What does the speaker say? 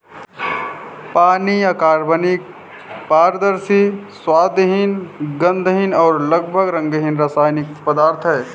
पानी अकार्बनिक, पारदर्शी, स्वादहीन, गंधहीन और लगभग रंगहीन रासायनिक पदार्थ है